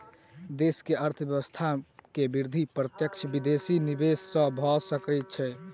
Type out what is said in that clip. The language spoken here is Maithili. देश के अर्थव्यवस्था के वृद्धि प्रत्यक्ष विदेशी निवेश सॅ भ सकै छै